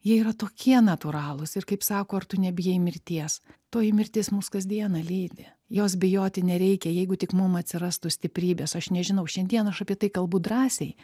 jie yra tokie natūralūs ir kaip sako ar tu nebijai mirties toji mirtis mus kas diena lydi jos bijoti nereikia jeigu tik mum atsirastų stiprybės aš nežinau šiandien aš apie tai kalbu drąsiai